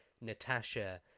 Natasha